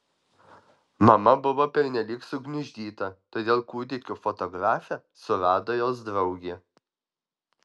mama buvo pernelyg sugniuždyta todėl kūdikių fotografę surado jos draugė